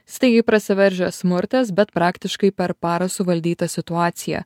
staigiai prasiveržęs smurtas bet praktiškai per parą suvaldyta situacija